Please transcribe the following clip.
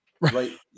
right